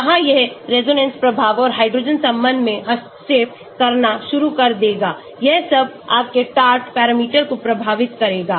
वहाँ यह रेजोनेंस प्रभाव और हाइड्रोजन संबंध में हस्तक्षेप करना शुरू कर देगा यह सब आपके Taft पैरामीटर को प्रभावित करेगा